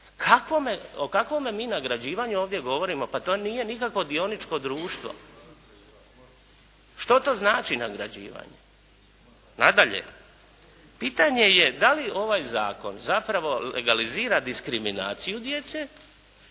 O kakvome mi nagrađivanju ovdje govorimo? Pa to nije nikakvo dioničko društvo. Što to znači nagrađivanje? Nadalje, pitanje je da li ovaj zakon zapravo legalizira diskriminaciju djece